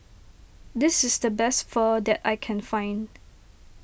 this is the best Pho that I can find